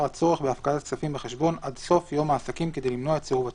הצורך בהפקדת כספים בחשבון עד סוף יום העסקים כדי למנוע את סירוב השיק,